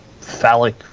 phallic